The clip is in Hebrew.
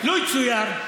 יצויר,